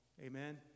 Amen